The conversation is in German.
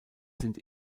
sind